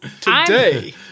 today